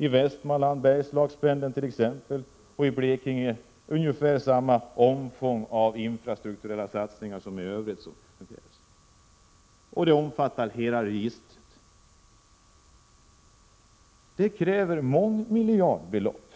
I Västmanland vill man ha Bergslagspendeln t.ex., och i Blekinge krävs infrastrukturella satsningar över hela registret. För detta krävs mångmiljardbelopp,